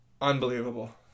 unbelievable